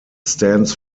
stands